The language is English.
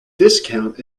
discount